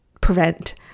prevent